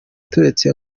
turetse